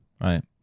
right